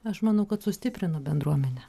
aš manau kad sustiprino bendruomenę